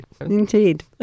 indeed